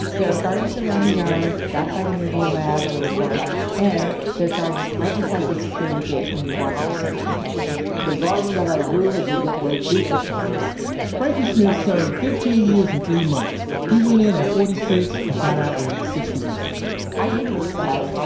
there are gardens around the yard back by the media lab where we work and there are gardens right inside the security gate when you walk into san quentin the garden that i grew was the gateway to san quentin frankie smith served fifteen years and three months. he went in at forty six and got out when he was sixty one point i knew him inside.